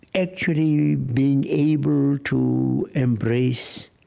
actually being able to embrace.